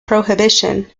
prohibition